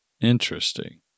Interesting